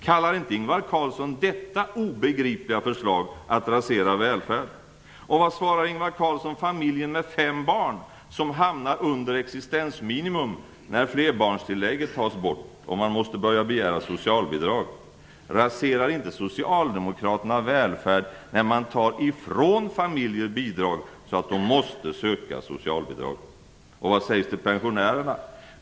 Kallar inte Ingvar Carlsson detta obegripliga förslag för att rasera välfärd? Och vad svarar Ingvar Carlsson familjen med fem barn som hamnar under existensminimum när flerbarnstillägget tas bort och man måste börja att begära socialbidrag? Raserar inte Socialdemokraterna välfärd när man tar ifrån familjer bidrag så att de måste söka socialbidrag? Och vad sägs till pensionärerna?